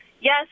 Yes